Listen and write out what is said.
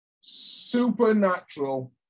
supernatural